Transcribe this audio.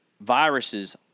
viruses